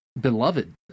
beloved